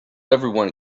everyone